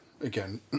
again